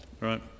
right